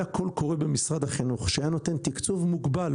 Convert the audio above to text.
קול קורא במשרד החינוך שהיה נותן תקצוב מוגבל,